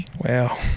Wow